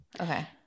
Okay